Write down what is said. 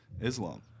Islam